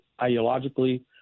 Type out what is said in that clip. ideologically